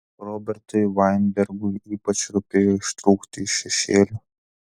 robertui vainbergui ypač rūpėjo ištrūkti iš šešėlių